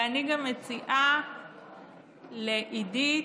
ואני גם מציעה לעידית,